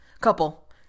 couple